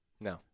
No